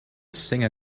singer